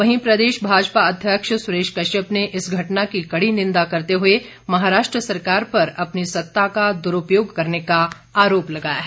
वहीं प्रदेश भाजपा अध्यक्ष सुरेश कश्यप ने इस घटना की कड़ी निंदा करते हुए महाराष्ट्र सरकार पर अपनी सत्ता का दुरूपयोग करने का आरोप लगाया है